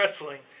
wrestling